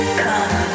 come